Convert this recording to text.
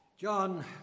John